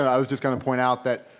i was just gonna point out that,